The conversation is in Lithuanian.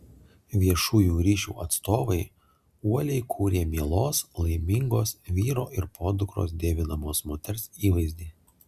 viešųjų ryšių atstovai uoliai kūrė mielos laimingos vyro ir podukros dievinamos moters įvaizdį